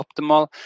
optimal